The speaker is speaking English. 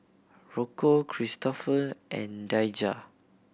Rocco Kristoffer and Daijah